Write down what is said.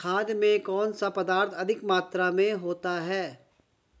खाद में कौन सा पदार्थ अधिक मात्रा में होता है?